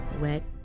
Wet